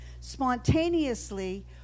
Spontaneously